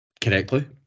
correctly